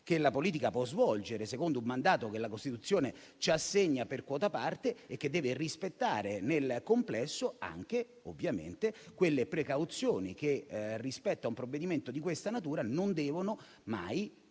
che la politica può svolgere, secondo un mandato che la Costituzione ci assegna per quota parte e che deve rispettare, nel complesso, quelle precauzioni che, rispetto a un provvedimento di questa natura, non devono mai